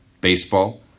baseball